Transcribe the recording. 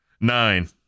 Nine